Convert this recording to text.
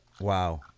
Wow